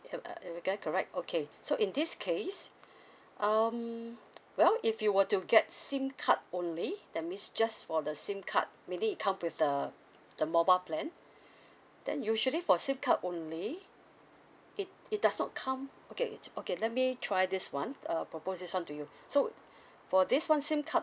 am uh am I correct okay so in this case um well if you were to get sim card only that means just for the sim card meaning it come up with the the mobile plan then usually for sim card only it it does not come okay okay let me try this one uh propose this one to you so for this one sim card